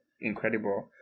incredible